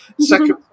second